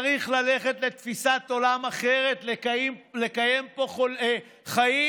צריך ללכת לתפיסת עולם אחרת, לקיים פה חיים.